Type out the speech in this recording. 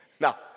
Now